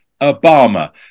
Obama